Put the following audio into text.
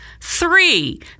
Three